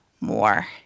more